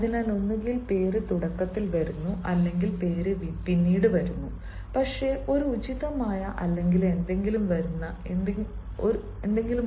അതിനാൽ ഒന്നുകിൽ പേര് തുടക്കത്തിൽ വരുന്നു അല്ലെങ്കിൽ പേര് പിന്നീട് വരുന്നു പക്ഷേ ഒരു ഉചിതമായ അല്ലെങ്കിൽ എന്തെങ്കിലും വരുന്ന എന്തെങ്കിലും ഉണ്ടെങ്കിൽ